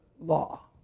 law